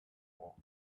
for